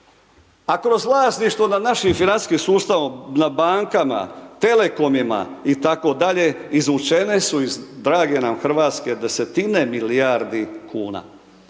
A kroz vlasništvo nad našim financijskim sustavom, na bankama, telekomima, i tako dalje, izvučene su iz drage nam Hrvatske, desetine milijardi kuna.